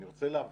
אני רוצה להבהיר